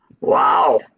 Wow